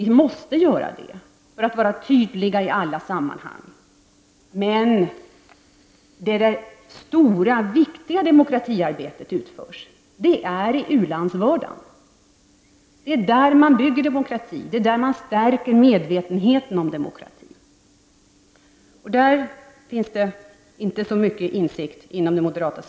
Vi måste göra det för att vara tydliga i alla sammanhang. Men det stora, viktiga demokratiarbetet utförs i u-landsvardagen. Det är där demokrati byggs, det är där medvetenheten om demokrati stärks. Inom det moderata samlingspartiet finns det inte så mycket insikt om detta.